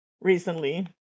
recently